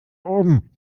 oben